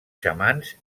xamans